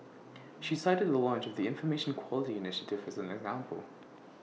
she cited the launch of the Information Quality initiative as an example